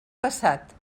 passat